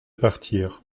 partir